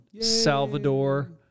Salvador